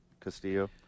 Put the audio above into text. Castillo